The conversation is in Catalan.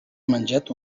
menjat